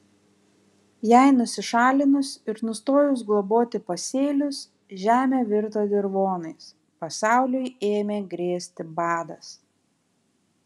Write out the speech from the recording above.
jai nusišalinus ir nustojus globoti pasėlius žemė virto dirvonais pasauliui ėmė grėsti badas